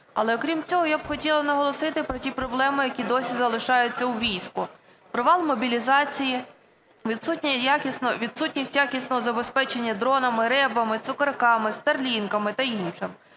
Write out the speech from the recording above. Але, окрім цього, я б хотіла наголосити про ті проблеми, які досі залишаються у війську: провал мобілізації, відсутність якісного забезпечення дронами, РЕБ, "цукорками", старлінками та іншим,